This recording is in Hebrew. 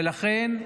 ולכן,